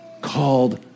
Called